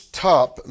top